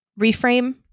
reframe